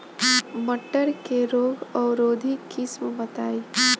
मटर के रोग अवरोधी किस्म बताई?